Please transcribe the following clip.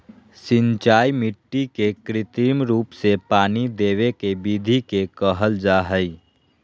सिंचाई मिट्टी के कृत्रिम रूप से पानी देवय के विधि के कहल जा हई